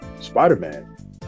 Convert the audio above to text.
Spider-Man